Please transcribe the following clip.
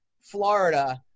Florida